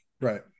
right